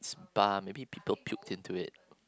spa maybe people puke into it